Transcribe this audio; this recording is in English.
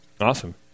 awesome